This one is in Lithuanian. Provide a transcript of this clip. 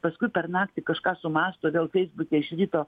paskui per naktį kažką sumąsto dėl feisbuke iš ryto